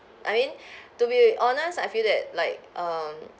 I mean to be honest I feel that like um